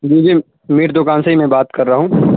جی جی میٹ دکان سے ہی میں بات کر رہا ہوں